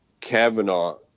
Kavanaugh